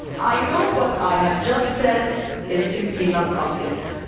i know what i have just said is simply not obvious.